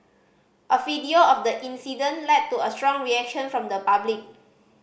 a video of the incident led to a strong reaction from the public